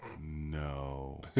No